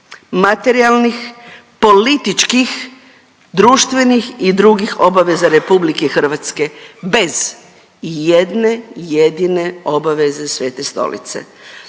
materijalnih, političkih, društvenih i drugih obaveza RH bez ijedne jedine obaveze Svete Stolice.